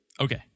Okay